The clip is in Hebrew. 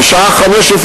בשעה 05:00,